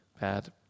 bad